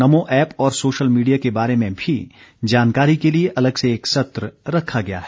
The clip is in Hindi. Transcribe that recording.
नमो ऐप और सोशल मीडिया के बारे में भी जानकारी के लिए अलग से एक सत्र रखा गया है